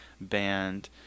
Band